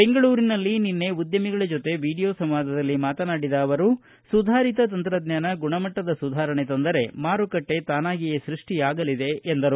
ಬೆಂಗಳೂರಿನಲ್ಲಿ ನಿನ್ನೆ ಉದ್ದಮಿಗಳ ಜೊತೆ ವಿಡಿಯೋ ಸಂವಾದಲ್ಲಿ ಮಾತನಾಡಿದ ಅವರು ಸುಧಾರಿತ ತಂತ್ರಜ್ವಾನ ಗುಣಮಟ್ಟದ ಸುಧಾರಣೆ ತಂದರೆ ಮಾರುಕಟ್ಟೆ ತಾನಾಗಿಯೇ ಸ್ಪಷ್ಟಿಯಾಗಲಿದೆ ಎಂದರು